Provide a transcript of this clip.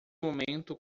momento